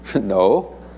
No